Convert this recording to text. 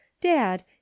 Dad